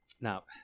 Now